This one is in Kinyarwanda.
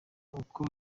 uko